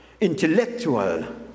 intellectual